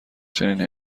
چنین